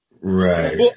right